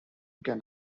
can